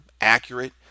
accurate